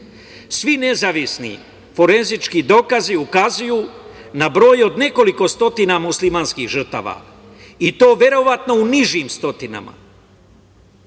svi nezavisni forenzički dokazi ukazuju na broj od nekoliko stotina muslimanskih žrtava i to verovatno u nižim stotinama.